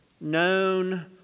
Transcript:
known